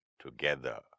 together